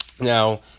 Now